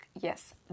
Yes